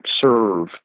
serve